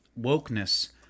wokeness